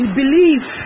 believe